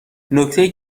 نکته